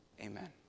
Amen